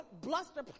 bluster